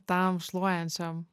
tam šluojančiam